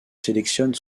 sélectionne